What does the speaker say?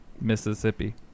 Mississippi